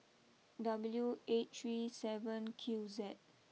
W eight three seven Q Z